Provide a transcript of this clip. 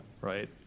right